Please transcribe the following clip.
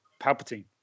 Palpatine